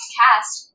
cast